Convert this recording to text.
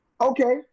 Okay